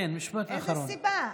איזו סיבה?